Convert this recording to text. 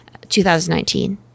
2019